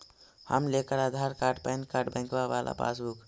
हम लेकर Aadhaar card PAN card बैंकवा वाला पासबुक?